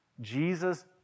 Jesus